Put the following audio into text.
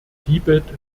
tibet